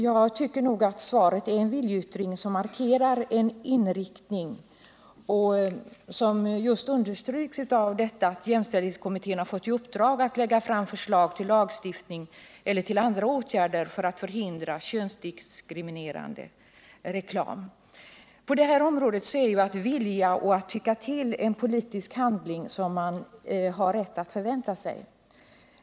Jag tycker att svaret är en viljeyttring som markerar en inriktning, och det understryks just av att jämställdhetskommittén har fått i uppdrag att lägga fram förslag till lagstiftning eller andra åtgärder för att förhindra könsdiskriminerande reklam. I sådana här fall har man rätt att förvänta sig en reaktion från samhällets sida, en politisk handling i form av en åsiktsyttring.